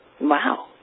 Wow